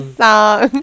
song